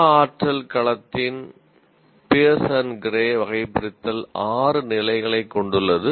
உள ஆற்றல் களத்தின் பியர்ஸ் அண்ட் கிரே வகைபிரித்தல் 6 நிலைகளைக் கொண்டுள்ளது